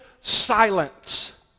silence